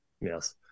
yes